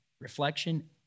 reflection